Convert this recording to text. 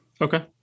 Okay